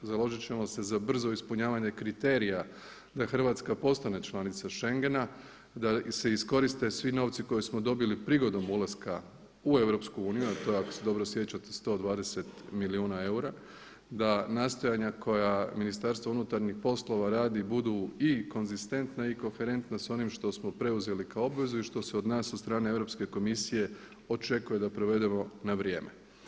Založit ćemo se za brzo ispunjavanje kriterija da Hrvatska postane članica schengena, da se iskoriste svi novci koje smo dobili prigodom ulaska u EU a to je ako se dobro sjećate 120 milijuna eura, da nastojanja koja Ministarstvo unutarnjih poslova radi budu i konzistentna i koherentna s onim što smo preuzeli kao obvezu i što se od nas od strane Europske komisije očekuje da provedemo na vrijeme.